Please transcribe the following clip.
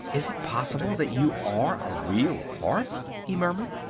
is it possible that you are a real horse? he murmured.